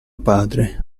padre